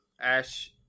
Ash